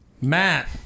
matt